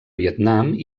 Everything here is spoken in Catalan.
vietnam